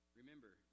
Remember